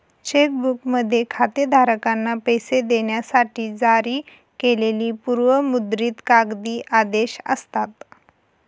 check बुकमध्ये खातेधारकांना पैसे देण्यासाठी जारी केलेली पूर्व मुद्रित कागदी आदेश असतात